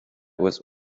was